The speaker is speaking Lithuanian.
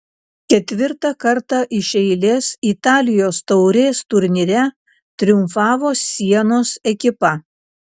ketvirtą kartą iš eilės italijos taurės turnyre triumfavo sienos ekipa